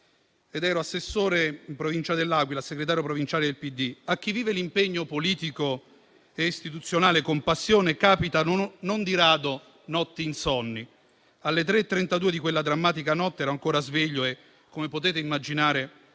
ed ero assessore in Provincia di L'Aquila, segretario provinciale del PD. A chi vive l'impegno politico e istituzionale con passione, capitano non di rado notti insonni. Alle ore 3,32 di quella drammatica notte ero ancora sveglio e - come potete immaginare